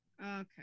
Okay